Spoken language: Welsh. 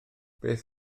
beth